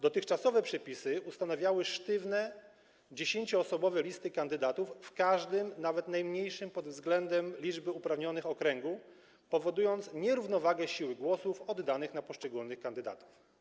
Dotychczasowe przepisy ustanawiały sztywne 10-osobowe listy kandydatów w każdym, nawet najmniejszym pod względem liczby uprawnionych, okręgu, powodując nierównowagę siły głosów oddanych na poszczególnych kandydatów.